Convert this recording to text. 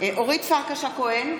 אורית פרקש הכהן,